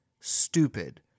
stupid